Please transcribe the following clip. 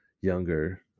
younger